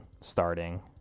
starting